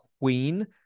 queen